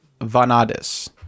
Vanadis